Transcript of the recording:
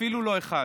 אפילו לא אחד.